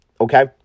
okay